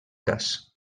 cas